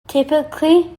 typically